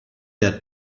der